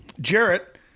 Jarrett